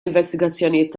investigazzjonijiet